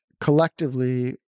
collectively